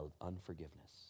unforgiveness